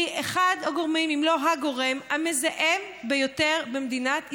היא אחד הגורמים אם לא הגורם המזהם ביותר במדינת ישראל.